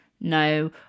No